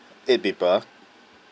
eight people